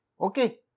okay